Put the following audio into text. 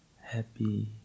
happy